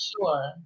sure